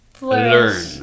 learn